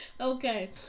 okay